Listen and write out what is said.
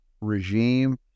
regime